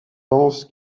pense